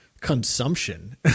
consumption